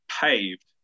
paved